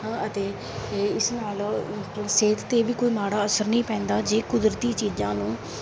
ਅਤੇ ਇਸ ਨਾਲ ਮਤਲਬ ਸਿਹਤ 'ਤੇ ਵੀ ਕੋਈ ਮਾੜਾ ਅਸਰ ਨਹੀਂ ਪੈਂਦਾ ਜੇ ਕੁਦਰਤੀ ਚੀਜ਼ਾਂ ਨੂੰ